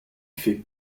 fait